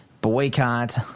boycott